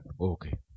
Okay